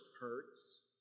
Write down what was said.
hurts